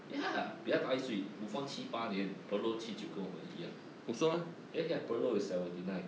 ya 比她大一岁 buffon 七八年 pirlo 七九跟我们一样 ya ya pirlo is seventy nine